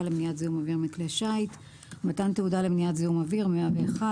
למניעת זיהום אוויר מכלי שיט 101.מתן תעודה למניעת זיהום אוויר המנהל